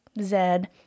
Zed